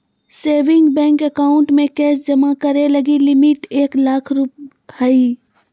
saving bank account में cash जमा करे लगी लिमिट एक लाख रु हइ